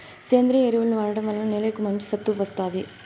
సేంద్రీయ ఎరువులను వాడటం వల్ల నేలకు మంచి సత్తువ వస్తాది